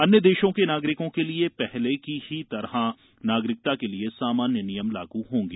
अन्य देशों के नागरिकों के लिए पहले की तरह नागरिकता के लिए सामान्य नियम लागू होंगे